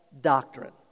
doctrine